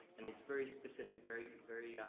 and it's very specific, very, very